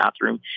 bathroom